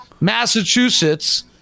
Massachusetts